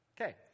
Okay